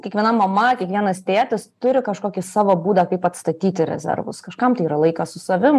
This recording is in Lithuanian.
kiekviena mama kiekvienas tėtis turi kažkokį savo būdą kaip atstatyti rezervus kažkam tai yra laikas su savim